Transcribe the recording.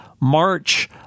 March